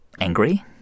angry